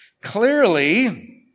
Clearly